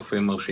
נוף יפה.